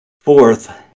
Fourth